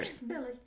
Billy